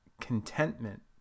contentment